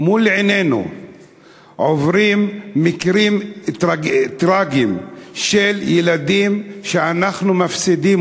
מול עינינו עוברים מקרים טרגיים של ילדים שאנחנו מפסידים